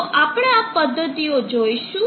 તો આપણે આ પદ્ધતિઓ જોઈશું